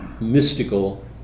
mystical